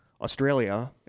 Australia